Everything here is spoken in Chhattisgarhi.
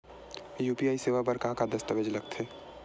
यू.पी.आई सेवा बर का का दस्तावेज लगथे?